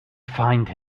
find